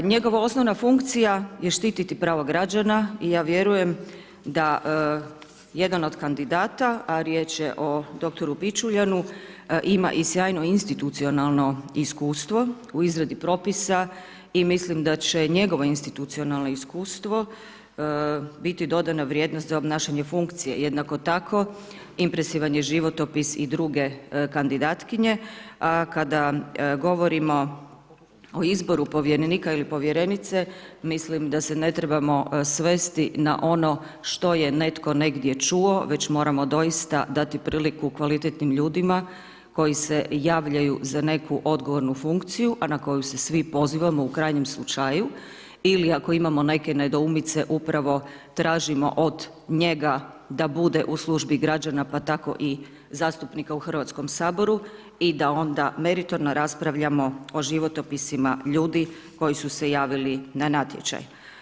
Njegova osnovna funkcija je štiti pravo građana i ja vjerujem da jedan od kandidata, a riječ je o dr. Pičuljanu ima i sjajno institucijalno iskustvo, u izradi propisa i mislim da će njegovo institucijalno iskustvo biti dodana vrijednost za obnašanje funkcije jednako tako impresivan je životopis i druge kandidatkinje, a kada govorimo o izboru povjerenika ili povjerenice mislim da se ne trebamo svesti na ono što je netko negdje čuo već moramo doista dati priliku kvalitetnim ljudima koji se javljaju za neku odgovornu funkciju, a na koju se svi pozivamo u krajnjem slučaju, ili ako imamo neke nedoumice upravo tražimo od njega da bude u službi građana pa tako i zastupnika u Hrvatskom saboru i da onda meritorno raspravljamo o životopisima ljudi koji su se javili na natječaj.